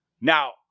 Now